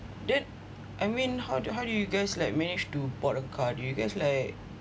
then I mean how do how do you guys like manage to bought a car do you guys like